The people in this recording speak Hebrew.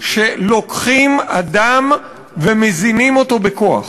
שלוקחים אדם ומזינים אותו בכוח.